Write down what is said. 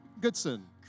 Goodson